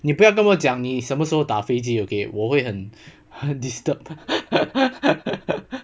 你不要这么讲你什么时候打飞机 okay 我会 disturb